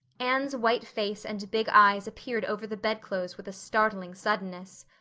anne's white face and big eyes appeared over the bedclothes with a startling suddenness.